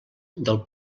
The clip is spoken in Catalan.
del